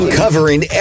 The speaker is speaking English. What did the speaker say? covering